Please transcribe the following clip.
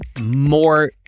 more